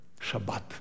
Shabbat